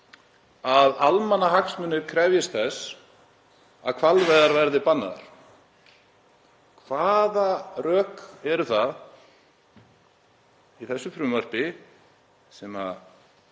að almannahagsmunir krefjist þess að hvalveiðar verði bannaðar. Hvaða rök eru það í þessu frumvarpi sem